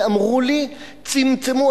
ואמרו לי: צמצמו,